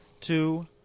two